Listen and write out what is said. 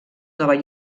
nova